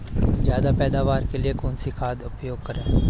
ज्यादा पैदावार के लिए कौन सी खाद का प्रयोग करें?